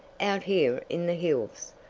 out here in the hills,